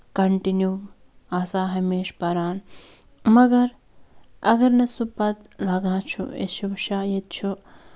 continue آسان ہَمیشہٕ پَران مَگر اَگر نہٕ سُہ پَتہٕ لاگان چھُ أسۍ چھُ شاید چھُ